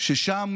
ששם